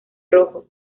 rojo